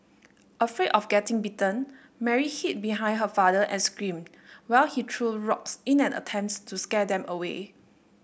afraid of getting bitten Mary hid behind her father and screamed while he threw rocks in an attempt to scare them away